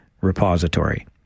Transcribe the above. Repository